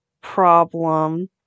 problem